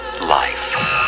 life